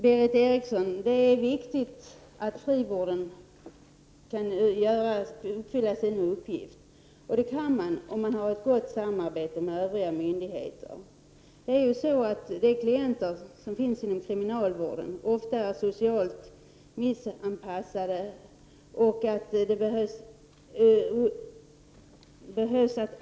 Berith Eriksson, det är viktigt att frivårdens uppgift kan fullgöras. Det är möjligt om man har ett gott samarbete med övriga myndigheter. De klienter som finns inom kriminalvården är ofta socialt missanpassade.